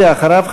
ואחריו,